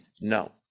No